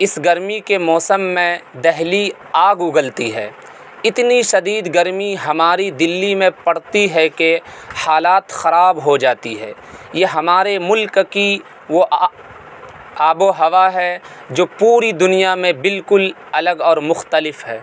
اس گرمی کے موسم میں دہلی آگ اگلتی ہے اتنی شدید گرمی ہماری دلّی میں پڑتی ہے کہ حالات خراب ہو جاتی ہے یہ ہمارے ملک کی وہ آب و ہوا ہے جو پوری دنیا میں بالکل الگ اور مختلف ہے